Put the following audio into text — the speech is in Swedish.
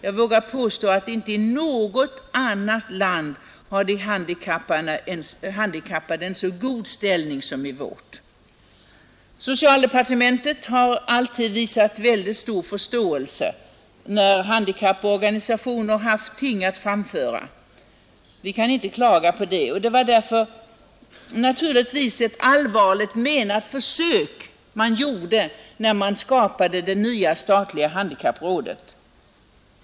Jag vågar påstå, att de handikappade inte i något annat land har en så god ställning som i vårt land. Socialdepartementet har alltid visat stor förståelse, när handikapporganisationer haft ting att framföra. Vi kan inte klaga på det. Det var naturligtvis också ett allvarligt menat försök man gjorde, när man skapade det nya statliga handikapprådet.